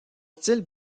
style